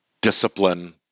discipline